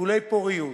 טיפולי פוריות,